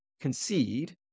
concede